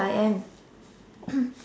I am